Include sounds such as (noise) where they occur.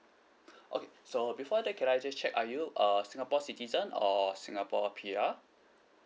(breath) okay so before that can I just check are you a singapore citizen or singapore P_R